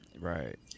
Right